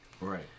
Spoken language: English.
Right